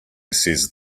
says